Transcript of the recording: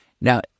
Now